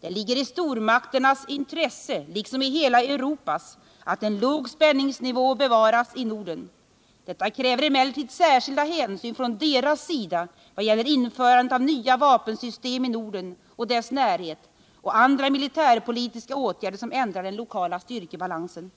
Det ligger i stormakternas intresse, liksom i hela Europas, att en låg spänningsnivå bevaras i Norden. Detta kräver emellertid särskilda hänsyn från deras sida vad gäller införande av nya vapensystem i Norden och dess närhet och andra militärpolitiska åtgärder som ändrar den lokala styrkebalansen.